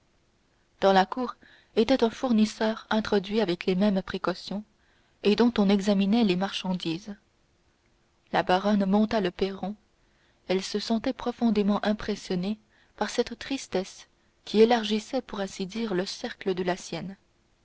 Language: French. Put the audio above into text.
dans la cour était un fournisseur introduit avec les mêmes précautions et dont on examinait les marchandises la baronne monta le perron elle se sentait profondément impressionnée par cette tristesse qui élargissait pour ainsi dire le cercle de la sienne